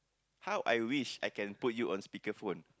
how I wish I can put you on speaker phone